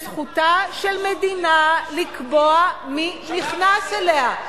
וזכותה של מדינה לקבוע מי נכנס אליה,